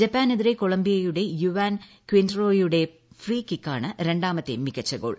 ജപ്പാനെതിരെ കൊളംബിയയുടെ യുവാൻ കിന്റെറോയുടെ ഫ്രീകിക്കാണ് രണ്ടാമത്തെ മികച്ച ഗോൾ